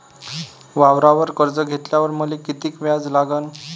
वावरावर कर्ज घेतल्यावर मले कितीक व्याज लागन?